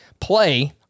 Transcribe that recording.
play